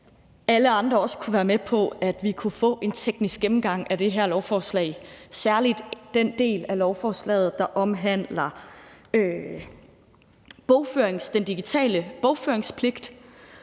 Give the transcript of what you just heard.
alle andre også kunne være med på, at vi kunne få en teknisk gennemgang af det her lovforslag, særlig den del af lovforslaget, der omhandler den digitale bogføringspligt.